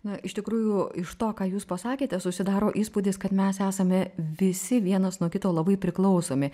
na iš tikrųjų iš to ką jūs pasakėte susidaro įspūdis kad mes esame visi vienas nuo kito labai priklausomi